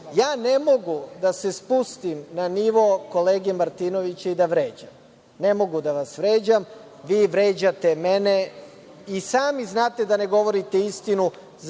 mogu da se spustim na nivo kolege Martinovića i da vređam. Ne mogu da vas vređam, vi vređate mene i sami znate da ne govorite istinu